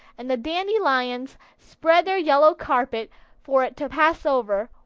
and the dandelions spread their yellow carpet for it to pass over,